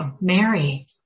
Mary